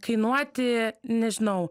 kainuoti nežinau